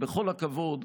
בכל הכבוד,